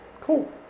Cool